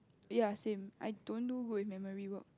ya same I don't do good with memory work